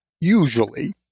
usually